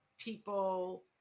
people